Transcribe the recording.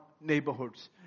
neighborhoods